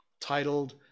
titled